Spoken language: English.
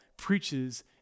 preaches